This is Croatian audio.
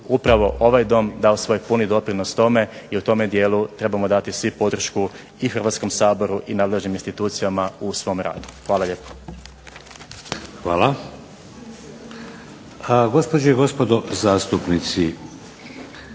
upravo ovaj Dom dao svoj puni doprinos tome i u tome dijelu trebamo dati svi podršku i Hrvatskom saboru i nadležnim institucijama u svom radu. Hvala lijepo. **Šeks, Vladimir (HDZ)** Hvala. Gospođe i gospodo zastupnici